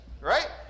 right